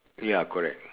ya correct